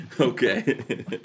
okay